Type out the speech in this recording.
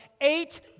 Eight